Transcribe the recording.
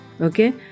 Okay